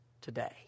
today